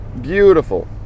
beautiful